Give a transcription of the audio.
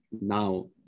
now